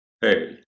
Hey